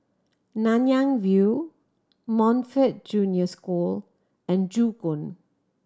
Nanyang View Montfort Junior School and Joo Koon